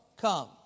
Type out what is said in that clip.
come